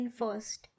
first